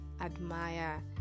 admire